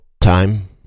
time